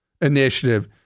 initiative